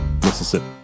Mississippi